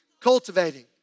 cultivating